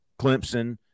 Clemson